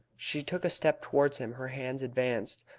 she took a step towards him, her hands advanced,